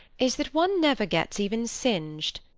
is that one never gets even singed.